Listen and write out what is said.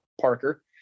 Parker